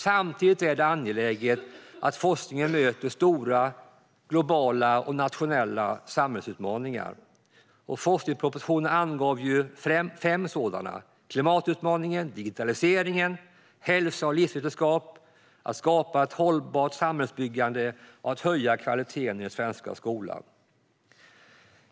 Samtidigt är det angeläget att forskningen möter stora globala och nationella samhällsutmaningar. Forskningspropositionen angav fem sådana utmaningar, nämligen klimatutmaningen digitaliseringen hälsa och livsvetenskap skapandet av ett hållbart samhällsbyggande höjd kvalitet i den svenska skolan.